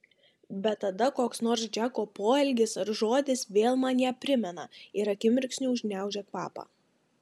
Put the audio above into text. bet tada koks nors džeko poelgis ar žodis vėl man ją primena ir akimirksniu užgniaužia kvapą